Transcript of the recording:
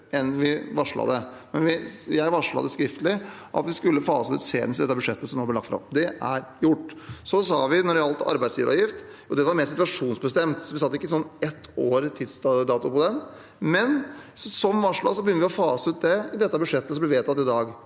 enn varslet. Vi har varslet skriftlig at vi skulle fase det ut senest i det budsjettet som nå ble lagt fram. Det er gjort. Så sa vi når det gjaldt arbeidsgiveravgift, at det var mer situasjonsbestemt. Vi satte ikke ett år som varighet på den, men som varslet begynner vi å fase den ut i det budsjettet som blir vedtatt i dag.